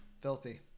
filthy